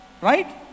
Right